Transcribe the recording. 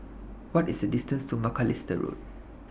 What IS The distance to Macalister Road